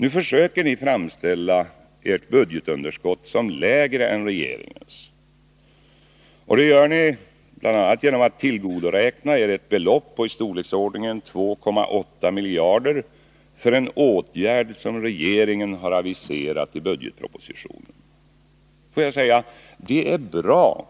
Ni försöker framställa ert budgetunderskott som lägre än regeringens genom att bl.a. nu tillgodoräkna er ett belopp i storleksordningen 2,8 miljarder för en åtgärd som regeringen har aviserat i budgetpropositionen. Får jag säga: Det är bra